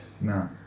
No